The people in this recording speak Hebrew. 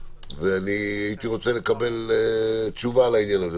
והייתי רוצה לקבל תשובה לעניין הזה.